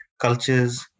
cultures